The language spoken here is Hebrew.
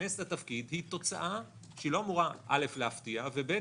ייכנס לתפקיד היא תוצאה שלא אמורה להפתיע והיא